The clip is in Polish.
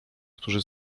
którzy